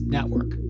Network